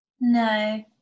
no